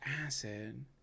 acid